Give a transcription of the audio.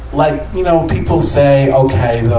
like, you know, people say, okay, the,